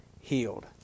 healed